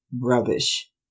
rubbish